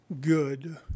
good